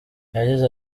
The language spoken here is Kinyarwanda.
yagize